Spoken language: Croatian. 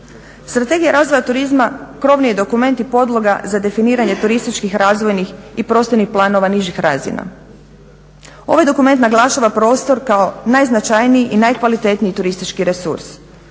Strategija razvoja turizma krovni je dokument i podloga za definiranje turističkih razvojnih i prostornih planova nižih razina. Ovaj dokument naglašava prostor kao najznačajniji i najkvalitetniji turistički resurs.